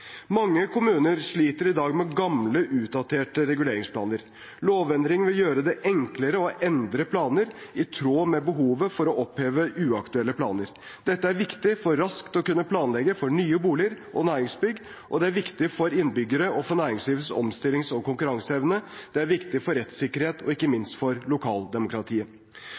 Mange kommuner sliter i dag med gamle, utdaterte reguleringsplaner. Lovendringene vil gjøre det enklere å endre planer i tråd med behovet og å oppheve uaktuelle planer. Dette er viktig for raskt å kunne planlegge for nye boliger og næringsbygg, og det er viktig for innbyggerne og for næringslivets omstillings- og konkurranseevne. Det er viktig for rettssikkerhet og ikke minst for lokaldemokratiet.